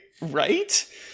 right